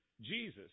Jesus